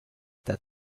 that